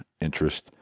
interest